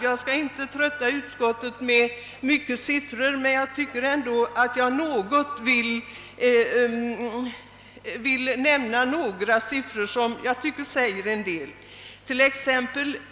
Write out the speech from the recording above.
Jag skall inte trötta kammaren med mycket siffror, men jag vill dock nämna några som jag tycker säger en del.